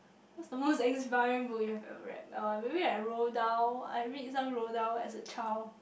what is the most inspiring book you have ever read uh maybe like Roald-Dahl I read some Roald-Dahl as a child